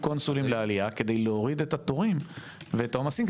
קונסולים לעלייה כדי להוריד את התורים ואת העומסים,